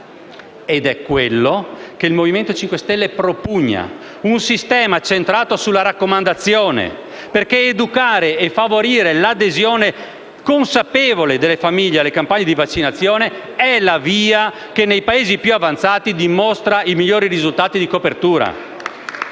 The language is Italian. È quello che il Movimento 5 Stelle propugna: un sistema centrato sulla raccomandazione, perché educare e favorire l'adesione consapevole delle famiglie alle campagne di vaccinazione è la via che nei Paesi più avanzati dimostra i migliori risultati di copertura.